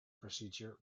procedure